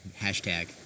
Hashtag